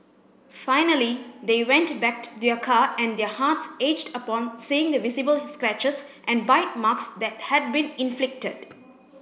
finally they went back to their car and their hearts aged upon seeing the visible scratches and bite marks that had been inflicted